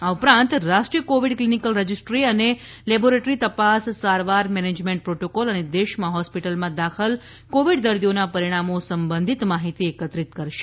આ ઉપરાંત રાષ્ટ્રીય કોવિડ ક્લિનિકલ રજિસ્ટ્રી અને લેબોરેટરી તપાસ સારવાર મેનેજમેન્ટ પ્રોટોકોલ અને દેશમાં હોસ્પિટલમાં દાખલ કોવિડ દર્દીઓના પરિણામો સંબંધિત માહિતી એકત્રિત કરશે